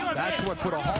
that's what put a